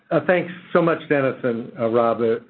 right-thanks so much, dennis and rob,